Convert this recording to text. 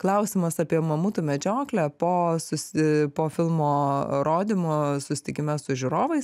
klausimas apie mamutų medžioklę po susi po filmo rodymo susitikime su žiūrovais